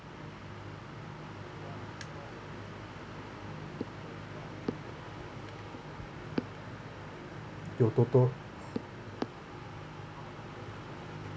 your TOTO